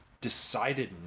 decided